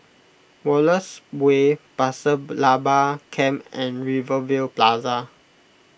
Wallace Way Pasir Laba Camp and Rivervale Plaza